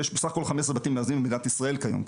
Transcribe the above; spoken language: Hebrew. ויש בסך הכל 15 בתים מאזנים במדינת ישראל כיום.